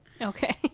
okay